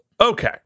Okay